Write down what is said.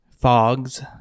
Fogs